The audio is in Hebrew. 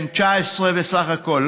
בן 19 בסך הכול,